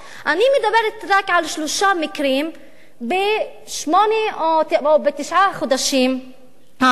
אני מדברת רק על שלושה מקרים בשמונת או בתשעת החודשים האחרונים.